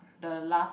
the last